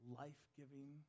life-giving